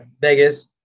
Vegas